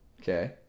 Okay